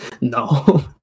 no